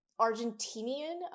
argentinian